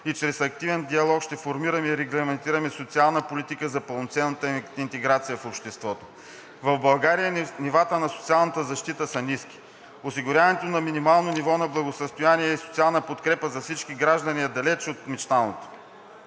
и чрез активен диалог ще формираме и регламентираме социална политика за пълноценната им интеграция в обществото. В България нивата на социална защита са ниски. Осигуряването на минимално ниво на благосъстояние и социална подкрепа за всички граждани е още далеч от мечтаното.